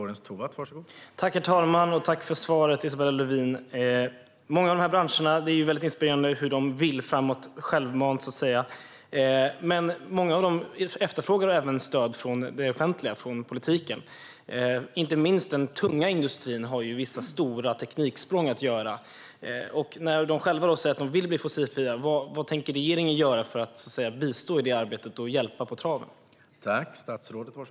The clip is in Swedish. Herr talman! Tack för svaret, Isabella Lövin! Det är inspirerande att många av dessa branscher självmant vill gå framåt. Många av dem efterfrågar även stöd från det offentliga, från politiken. Inte minst den tunga industrin har stora tekniksprång att göra. När industrin själv säger att den vill bli fossilfri, vad tänker regeringen göra för att bistå i det arbetet och hjälpa den tunga industrin på traven?